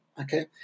Okay